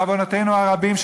בעוונותינו הרבים,